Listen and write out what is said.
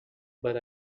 but